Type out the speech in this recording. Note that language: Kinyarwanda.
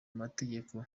mategeko